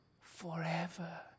forever